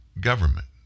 government